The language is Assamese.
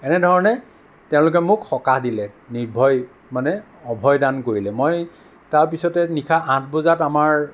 এনে ধৰণে তেওঁলোকে মোক সকাহ দিলে নিৰ্ভয় মানে অভয় দান কৰিলে মই তাৰপিছতে নিশা আঠ বজাত আমাৰ